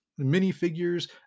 minifigures